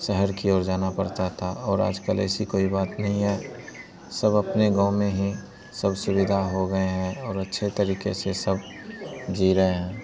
शहर की ओर जाना पड़ता था और आज कल ऐसी कोई बात नहीं है सब अपने गाँव में ही सब सुविधा हो गए हैं और अच्छे तरीक़े से सब जी रहे हैं